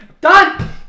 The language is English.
Done